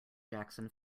jackson